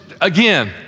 again